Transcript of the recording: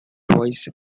twice